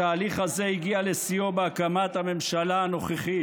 התהליך הזה הגיע לשיאו בהקמת הממשלה הנוכחית.